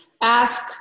ask